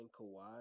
Kawhi